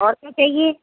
और क्या चाहिए